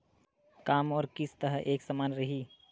का मोर किस्त ह एक समान रही?